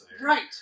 Right